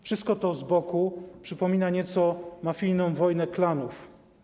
Wszystko to z boku przypomina nieco mafijną wojnę klanów.